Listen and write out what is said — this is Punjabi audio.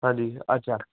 ਹਾਂਜੀ ਅੱਛਾ